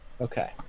Okay